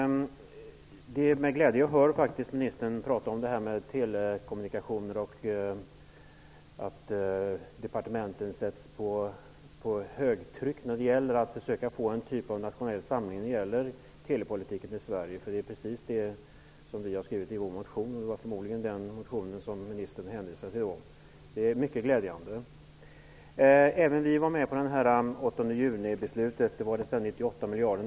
Fru talman! Det är med glädje jag hör ministern tala om telekommunikationer och att departementen sätts på högtryck för att försöka få en nationell samling för telepolitiken i Sverige. Det är precis vad vi har skrivit i vår motion, och det var förmodligen den motionen som ministern hänvisade till. Det är mycket glädjande. Även vi var med på beslutet den 8 juni om investeringar för 98 miljarder.